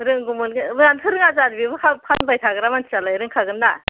रोंगौमोन मानथो रोङा जानो बेखौ फानबाय थाग्रा मानसियालाय रोंखागोन ना